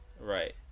Right